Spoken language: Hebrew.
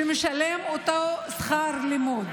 שמשלם אותו שכר לימוד.